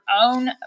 own